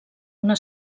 una